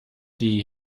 die